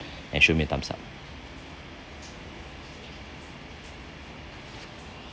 and show me thumbs up